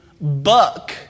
buck